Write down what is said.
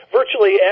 Virtually